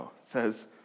says